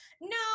no